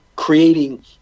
creating